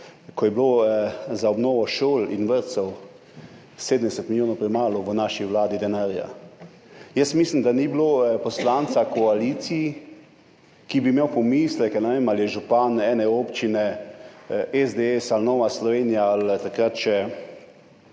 ko je bilo za obnovo šol in vrtcev 70 milijonov denarja premalo v naši vladi. Mislim, da ni bilo poslanca v koaliciji, ki bi imel pomisleke. Ne vem, ali je župan ene občine SDS ali Nova Slovenija ali takrat še